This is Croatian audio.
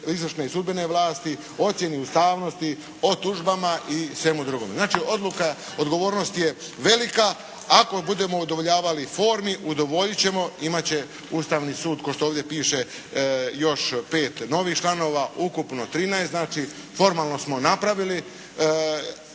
izvršne i sudbene vlasti, ocjeni ustavnosti, o tužbama i svemu drugome. Znači, odluka odgovornosti je velika. Ako budemo udovoljavali formi udovoljit ćemo, imat će Ustavni sud kao što ovdje piše još pet novih članova, ukupno trinaest. Znači, formalno smo napravili